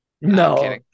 No